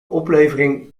oplevering